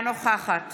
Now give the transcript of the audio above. אינה נוכחת